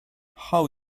how